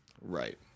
Right